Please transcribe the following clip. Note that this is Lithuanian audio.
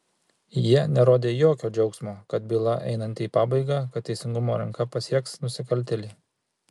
jie nerodė jokio džiaugsmo kad byla einanti į pabaigą kad teisingumo ranka pasieks nusikaltėlį